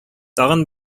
тагын